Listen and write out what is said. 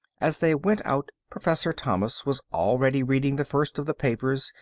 as they went out professor thomas was already reading the first of the papers,